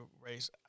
race